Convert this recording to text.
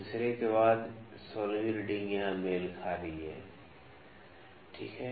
तो तीसरे के बाद १६वीं रीडिंग यहाँ मेल खा रही है यहाँ मेल खा रही है